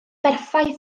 berffaith